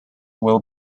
will